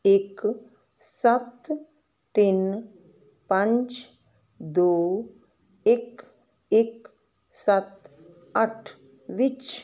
ਇੱਕ ਸੱਤ ਤਿੰਨ ਪੰਜ ਦੋ ਇੱਕ ਇੱਕ ਸੱਤ ਅੱਠ ਵਿੱਚ